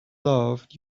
loved